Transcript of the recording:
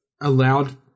allowed